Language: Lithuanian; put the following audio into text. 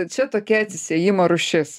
čia tokia atsisėjimo rūšis